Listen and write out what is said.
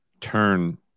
turn